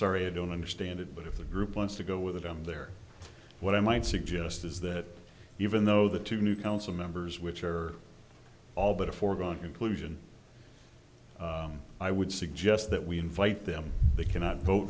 sorry i don't understand it but if the group wants to go with them there what i might suggest is that even though the two new council members which are all but a foregone conclusion i would suggest that we invite them they cannot vote